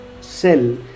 cell